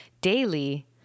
daily